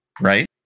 Right